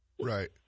Right